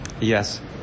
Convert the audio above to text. Yes